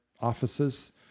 offices